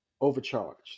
overcharged